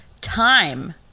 time